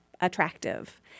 attractive